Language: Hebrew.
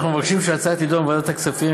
אנחנו מבקשים שהצעה תידון בוועדת הכספים,